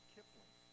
Kipling